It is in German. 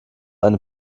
eine